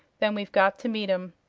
then we've got to meet em.